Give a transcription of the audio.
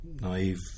naive